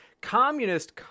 communist